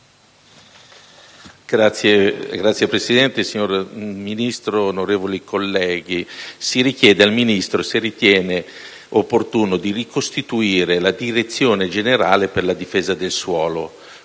Signora Presidente, signor Ministro, onorevoli colleghi, si richiede al Ministro se ritiene opportuno ricostituire la Direzione generale per la difesa del suolo,